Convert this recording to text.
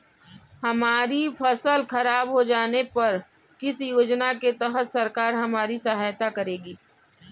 हमारी फसल खराब हो जाने पर किस योजना के तहत सरकार हमारी सहायता करेगी?